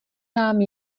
nám